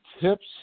tips